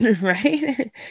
Right